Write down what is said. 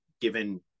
Given